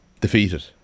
Defeated